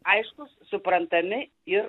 aiškūs suprantami ir